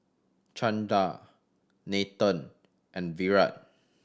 Chanda Nathan and Virat